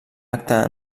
acte